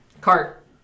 cart